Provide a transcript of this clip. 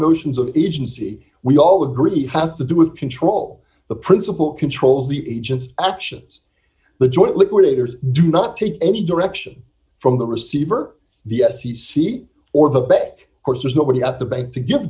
notions of agency we all agree have to do with control the principal controls the agents actions the joint liquidators do not take any direction from the receiver the s e c or the back course there's nobody at the bank to give